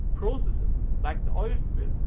processes, like the oil spill.